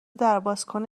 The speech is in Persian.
دربازکن